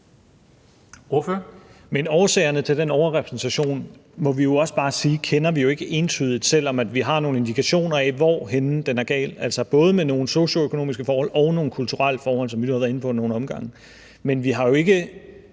(S): Men årsagerne til den overrepræsentation må vi også bare sige at vi ikke entydigt kender, selv om vi har nogle indikationer af, hvorhenne den er gal. Det er både med nogle socioøkonomiske forhold og nogle kulturelle forhold, som vi har været inde på ad nogle omgange. Men vi har jo ikke